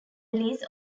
release